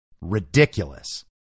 ridiculous